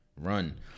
run